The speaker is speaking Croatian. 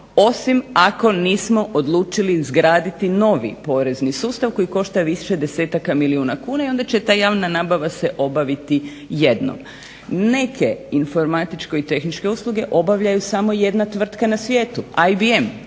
osim ako nismo odlučili izgraditi novi porezni sustav koji košta više desetaka milijuna kuna i onda će ta javna nabava se obaviti jednom. Neke informatičko i tehničke usluge obavljaju samo jedna tvrtka na svijetu IBM